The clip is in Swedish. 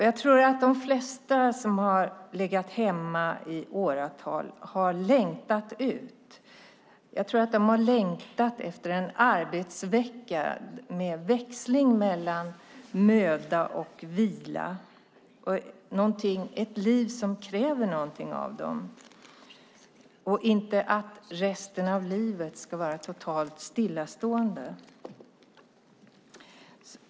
Jag tror att de flesta som har legat hemma i åratal har längtat ut. Jag tror att de har längtat efter en arbetsvecka med växling mellan möda och vila, ett liv som kräver någonting av dem. Jag tror inte att de vill att resten av livet ska vara totalt stillastående.